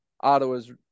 ottawa's